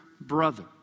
brother